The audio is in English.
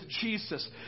Jesus